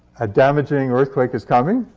a damaging earthquake is coming.